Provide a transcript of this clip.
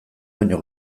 baino